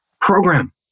program